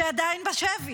שעדיין בשבי.